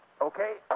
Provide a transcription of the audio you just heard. Okay